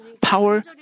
power